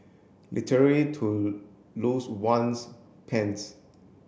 literally to lose one's pants